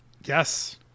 Yes